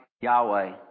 Yahweh